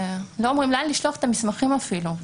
לא אומרים לאן לשלוח את המסמכים אפילו,